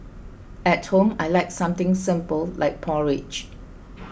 at home I like something simple like porridge